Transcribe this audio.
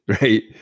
right